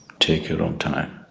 take your own time,